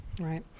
Right